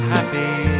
Happy